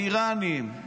האיראנים,